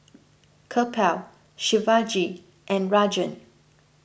Kapil Shivaji and Rajan